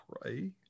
pray